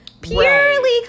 Purely